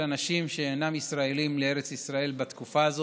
אנשים שאינם ישראלים לארץ ישראל בתקופה הזאת,